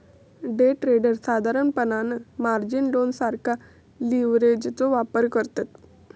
day traders साधारणपणान margin loan सारखा लीव्हरेजचो वापर करतत